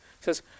Says